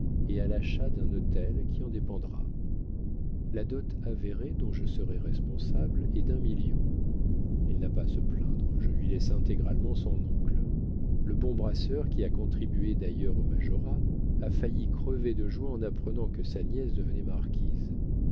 et à l'achat d'un hôtel qui en dépendra la dot avérée dont je serai responsable est d'un million elle n'a pas à se plaindre je lui laisse intégralement son oncle le bon brasseur qui a contribué d'ailleurs au majorat a failli crever de joie en apprenant que sa nièce devenait marquise